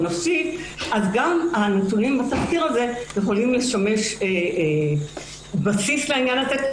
נפשית אז גם הנתונים בתסקיר הזה יכולים לשמש בסיס לעניין הזה.